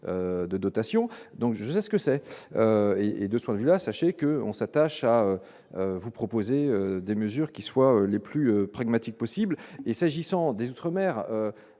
de dotation, donc j'ai ce que c'est et, et de soins la sachez que on s'attache à vous proposer des mesures qui soient les plus pragmatique possible et s'agissant des outre-mer